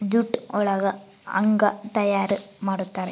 jute ಒಳಗ ಹಗ್ಗ ತಯಾರ್ ಮಾಡುತಾರೆ